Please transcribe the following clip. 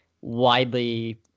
widely